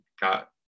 got